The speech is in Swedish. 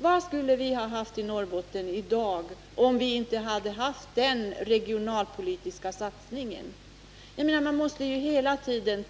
Vad skulle vi ha haft i Norrbotten i dag om vi inte hade haft den regionalpolitiska satsningen? Vi måste hela tiden